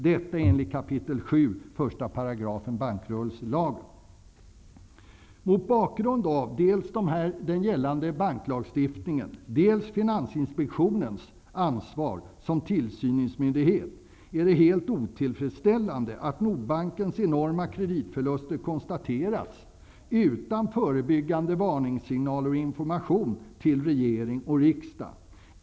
Detta enligt 7 kap. 1 § Mot bakgrund av dels gällande banklagstiftning, dels Finansinspektionens ansvar som tillsynsmyndighet är det helt otillfredsställande att Nordbankens enorma kreditförluster konstaterats utan förebyggande varningssignaler och information till regering och riksdag.